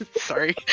Sorry